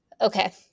Okay